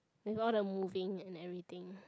with all the moving and everything